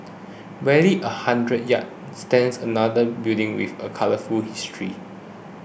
barely a hundred yards stands another building with a colourful history